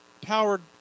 powered